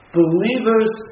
believers